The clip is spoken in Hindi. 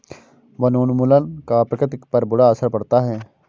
वनोन्मूलन का प्रकृति पर बुरा असर पड़ता है